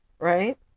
Right